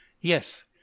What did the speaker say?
Yes